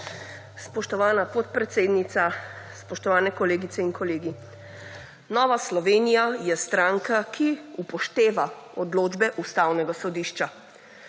Spoštovana podpredsednica, spoštovane kolegice in kolegi! Nova Slovenija je stranka, ki upošteva odločbe Ustavnega sodišča.